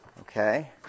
Okay